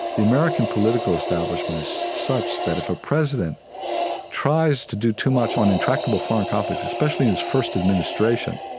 the american political establishment is such that if a president tries to do too much on intractable foreign conflicts, especially in his first administration,